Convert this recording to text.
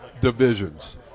divisions